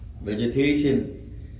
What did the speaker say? vegetation